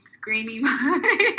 screaming